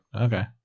okay